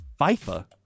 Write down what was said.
FIFA